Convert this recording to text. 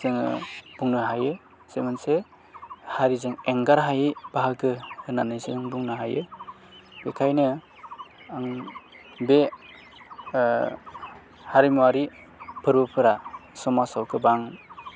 जोङो बुंनो हायो जे मोनसे हारिजों एंगार हायै बाहागो होन्नानै जों बुंनो हायो बेखायनो आं बे हारिमुवारि फोरबोफोरा समाजाव गोबां